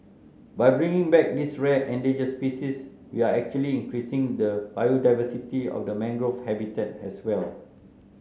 by bringing back this rare endangered species we are actually increasing the biodiversity of the mangrove habitat as well